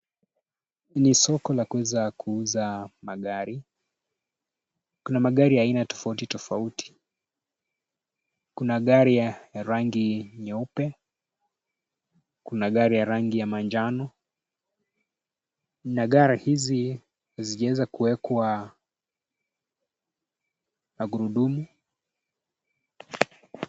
Ni soko la kuweza kuuza magari, kuna magari aina tofauti tofauti. Kuna gari ya rangi nyeupe, kuna gari ya rangi ya manjano na gari hizi hazijaweza kuwekwa magurudumu.